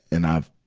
and i,